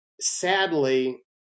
sadly